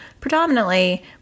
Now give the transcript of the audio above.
predominantly